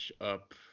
up